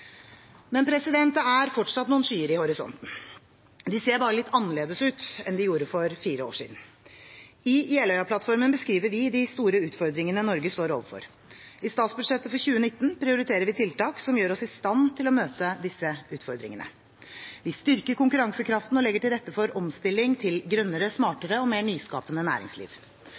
det. Men det er fortsatt noen skyer i horisonten. De ser bare litt annerledes ut enn de gjorde for fire år siden. I Jeløya-plattformen beskriver vi de store utfordringene Norge står overfor. I statsbudsjettet for 2019 prioriterer vi tiltak som gjør oss i stand til å møte disse utfordringene. Vi styrker konkurransekraften og legger til rette for omstilling til grønnere, smartere og mer nyskapende næringsliv.